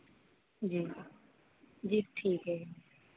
जी जी ठीक है